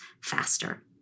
faster